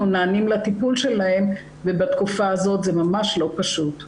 נענים לטיפול שלהם ובתקופה הזאת זה ממש לא פשוט.